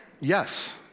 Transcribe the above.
Yes